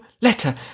letter